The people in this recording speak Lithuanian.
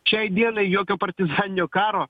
šiai dienai jokio partizaninio karo